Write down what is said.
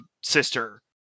sister